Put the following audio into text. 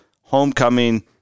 homecoming